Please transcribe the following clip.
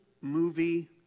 movie